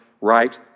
right